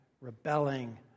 rebelling